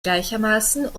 gleichermaßen